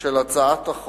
של הצעת החוק